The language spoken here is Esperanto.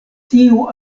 tiu